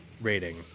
rating